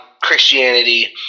Christianity